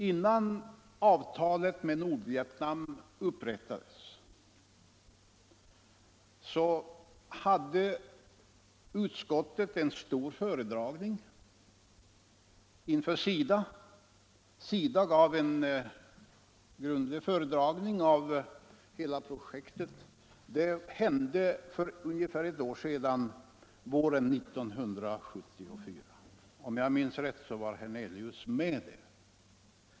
Innan avtalet med Nordvietnam upprättades hade emellertid SIDA en stor föredragning inför utskottet. Det var för ungefär ett år sedan, våren 1974. Om jag minns rätt deltog herr Hernelius i den föredragningen.